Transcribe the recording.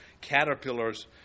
caterpillar's